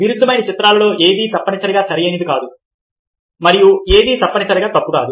విరుద్ధమైన చిత్రాలలో ఏదీ తప్పనిసరిగా సరైనది కాదు మరియు ఏదీ తప్పనిసరిగా తప్పు కాదు